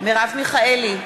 מרב מיכאלי,